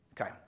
Okay